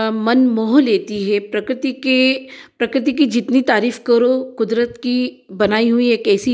मन मोह लेती है प्रकृति के प्रकृति की जितनी तारीफ करो कुदरत की बनाई हुई एक ऐसी